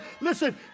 Listen